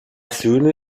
söhne